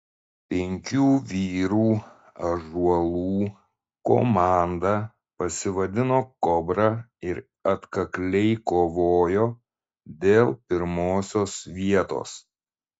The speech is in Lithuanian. penkių vyrų ąžuolų komanda pasivadino kobra ir atkakliai kovojo dėl pirmosios vietos